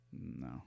No